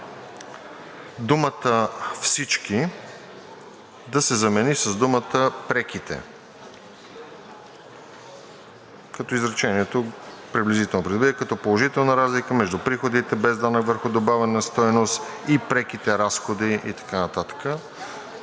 думата „всички“ да се замени с думата „преките“, като изречението приблизително придобива вида: „като положителна разлика между приходите без данък върху добавена стойност и преките разходи…“ и така нататък.